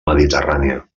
mediterrània